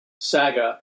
saga